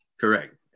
Correct